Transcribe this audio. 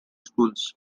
schools